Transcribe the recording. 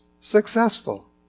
successful